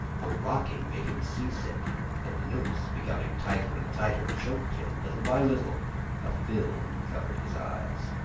the rocking made him seasick and the noose, becoming tighter and tighter, choked him. little by little a film covered his eyes.